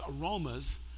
aromas